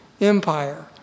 empire